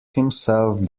himself